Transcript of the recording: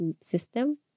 system